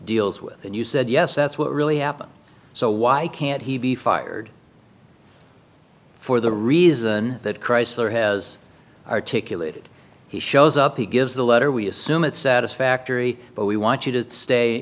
deals with and you said yes that's what really happened so why can't he be fired for the reason that chrysler has articulated he shows up he gives the letter we assume it's satisfactory but we want you to stay